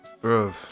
Bro